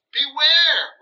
Beware